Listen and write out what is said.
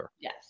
Yes